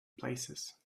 places